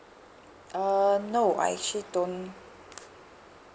uh no I actually don't